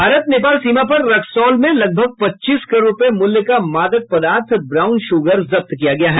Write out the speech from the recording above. भारत नेपाल सीमा पर रक्सौल में लगभग पच्चीस करोड़ रूपये मूल्य का मादक पदार्थ ब्राउन शुगर जब्त किया गया है